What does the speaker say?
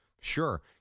Sure